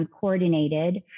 coordinated